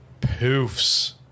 poofs